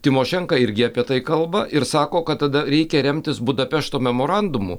tymošenka irgi apie tai kalba ir sako kad tada reikia remtis budapešto memorandumu